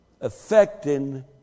Affecting